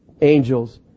angels